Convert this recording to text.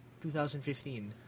2015